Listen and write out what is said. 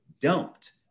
Dumped